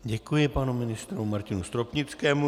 Děkuji panu ministru Martinu Stropnickému.